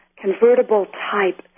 convertible-type